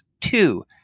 two